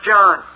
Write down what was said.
John